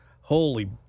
Holy